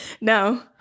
no